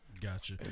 Gotcha